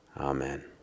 Amen